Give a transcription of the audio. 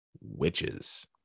witches